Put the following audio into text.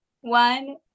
One